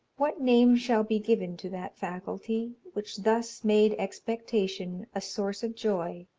what name shall be given to that faculty, which thus made expectation a source of joy,